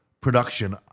production